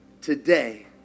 today